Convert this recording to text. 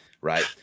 right